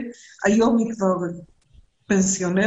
היום היא פנסיונרית